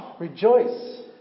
Rejoice